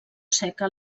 seca